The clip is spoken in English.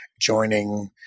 joining